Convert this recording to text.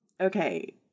Okay